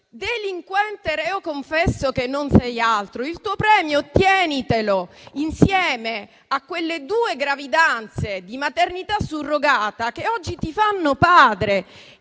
"delinquente reo confesso che non sei altro, il tuo premio tienitelo insieme a quelle due gravidanze di maternità surrogata che oggi ti fanno padre"?